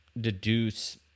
deduce